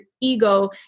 ego